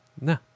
No